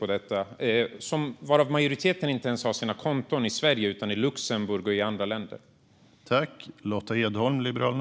Majoriteten av dessa har inte ens sina konton i Sverige utan i Luxemburg och andra länder.